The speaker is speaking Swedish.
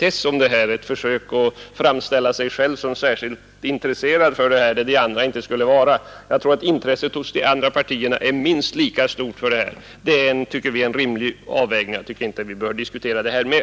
Herr Möller, det är ett försök att framställa sig själv som mer intresserad av frågan än andra partier. Jag tror att intresset hos de andra partierna är minst lika stort, och den saken behöver vi inte diskutera ytterligare.